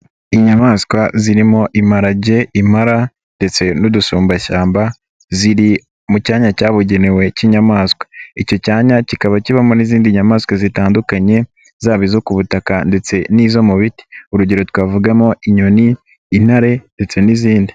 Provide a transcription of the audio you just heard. Inyamaswa zirimo imparage, impara ndetse n'udusumbashyamba ziri mu cyanya cyabugenewe cy'inyamaswa, icyo cyanya kikaba kibamo n'izindi nyamaswa zitandukanye, zaba izo ku butaka ndetse n'izo mu biti urugero twavugamo inyoni, intare ndetse n'izindi.